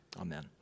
Amen